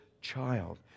child